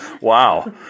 Wow